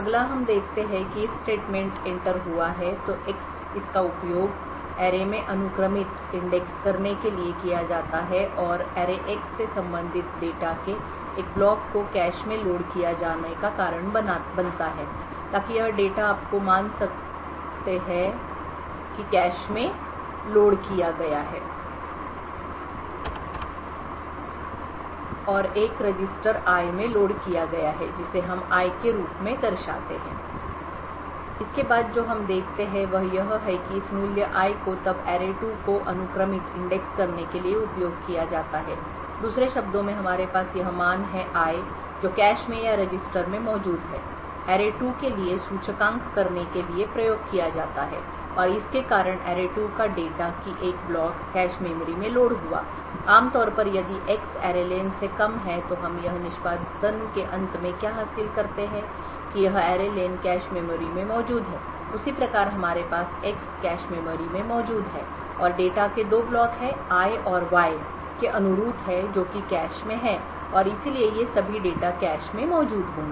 अगला हम देखते हैं कि if स्टेटमेंट इंटर हुआ है तो X इसका उपयोग सरणी में अनुक्रमितइंडेक्स करने के लिए किया जाता है और सरणी x से संबंधित डेटा के एक ब्लॉक को कैश में लोड किया जाने का कारण बनता है ताकि यह डेटा आप मान सकते हैं कि कैश में लोड किया गया है और एक रजिस्टर में लोड किया गया है जिसे हम I के रूप में दर्शाते हैं इसके बाद जो हम देखते हैं वह यह है कि इस मूल्य I को तब array2 को अनुक्रमितइंडेक्स करने के लिए उपयोग किया जाता है दूसरे शब्दों में हमारे पास यह मान है I जो कैश में या रजिस्टर में मौजूद है array2 के लिए सूचकांक करने के लिए प्रयोग किया जाता है और इसके कारण array2 का डेटा की एक ब्लॉक कैश मेमोरी में लोड हुआ आम तौर पर यदि X array len से कम है तो हम यह निष्पादन के अंत में क्या हासिल करते हैं की यह array len कैश मेमोरी में मौजूद है उसी प्रकार हमारे पास X कैश मेमोरी में मौजूद है और डेटा के 2 ब्लॉक हैं I और Y के अनुरूप है जो कि कैश में है और इसलिए ये सभी डेटा कैश में मौजूद होंगे